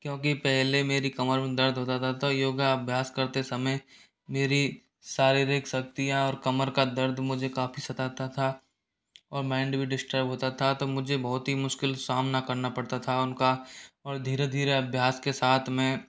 क्योंकि पहले मेरी कमर में दर्द होता था तो योग अभ्यास करते समय मेरी शारीरिक शक्तियाँ और कमर का दर्द मुझे काफ़ी सताता था और माइन्ड भी डिस्टर्ब होता था तो मुझे बहुत ही मुश्किल सामना करना पड़ता था उनका और धीरे धीरे अभ्यास के साथ मैं